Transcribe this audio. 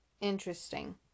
interesting